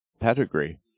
pedigree